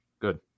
Good